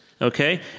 okay